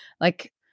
like-